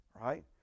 right